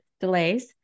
delays